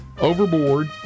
overboard